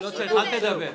אולי עדיף שלא תדבר.